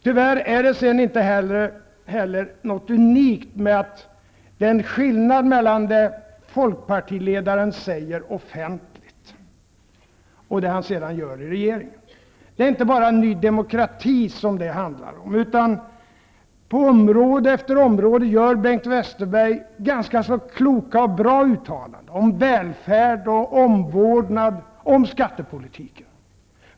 Det är tyvärr inte unikt att det finns en skillnad mellan det som Folkpartiledaren säger offentligt och det han sedan gör i regeringen. Det handlar då inte bara om Ny demokrati. På område efter område gör Bengt Westerberg ganska kloka och bra uttalanden om välfärd, omvårdnad och om skattepolitiken.